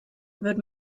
wird